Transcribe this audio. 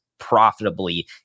profitably